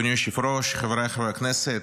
אדוני היושב-ראש, חבריי חברי הכנסת,